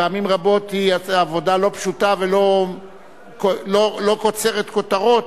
פעמים רבות זו עבודה לא פשוטה ולא קוצרת כותרות,